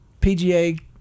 pga